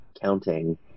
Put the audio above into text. counting